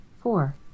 Four